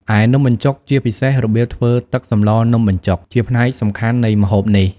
ឯនំបញ្ចុក ជាពិសេសរបៀបធ្វើទឹកសម្លរនំបញ្ចុក ជាផ្នែកសំខាន់នៃម្ហូបនេះ ។